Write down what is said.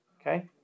okay